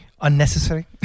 unnecessary